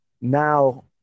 now